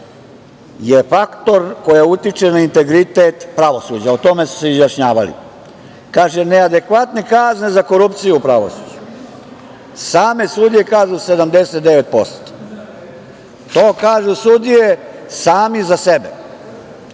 68% koja utiče na integritet pravosuđa. O tome su se izjašnjavali. Kaže neadekvatne kazne za korupciju u pravosuđu. Same sudije kažu 79%. To kažu sudije, sami za sebe.